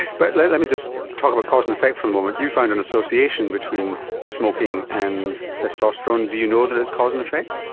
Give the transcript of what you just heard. but let let me just talk about cause and effect for a moment, you found an association between smoking and testosterone, do you know that it's cause and effect?